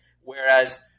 Whereas